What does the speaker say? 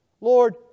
Lord